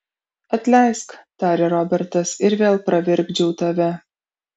atleisk tarė robertas ir vėl pravirkdžiau tave